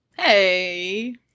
Hey